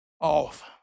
off